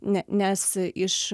ne nes iš